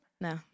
no